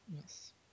Yes